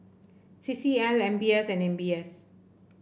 C C L M B S and M B S